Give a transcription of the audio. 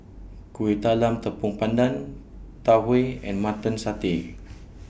Kueh Talam Tepong Pandan Tau Huay and Mutton Satay